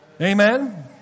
Amen